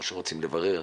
או שהם רוצים לברר.